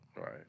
Right